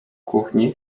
kuchni